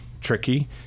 tricky